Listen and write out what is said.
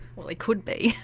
well he could be!